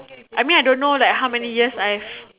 I mean I don't know like how many years I've